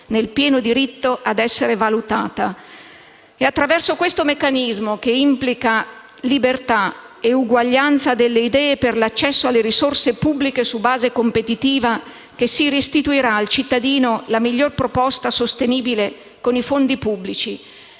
nel pieno diritto ad essere valutata. È attraverso questo meccanismo, che implica libertà e uguaglianza delle idee per l'accesso alle risorse pubbliche su base competitiva, che si restituirà al cittadino la miglior proposta sostenibile con i fondi pubblici.